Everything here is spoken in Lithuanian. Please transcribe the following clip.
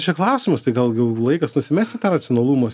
čia klausimas tai gal jau laikas nusimesti tą racionalumo